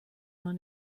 man